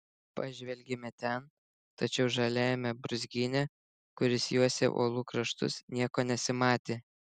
pažvelgėme ten tačiau žaliajame brūzgyne kuris juosė uolų kraštus nieko nesimatė